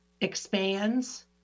expands